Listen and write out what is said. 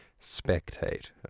spectate